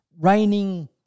raining